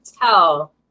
tell